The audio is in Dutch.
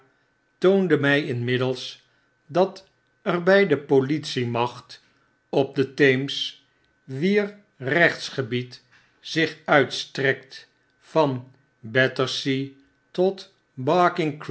toonde mj inmiddels dat er bjj de politiemacht op de theems wier rechtsgebied zich uitstrekt van battersea tot